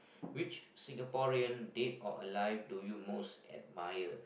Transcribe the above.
which Singaporean dead or alive do you most admire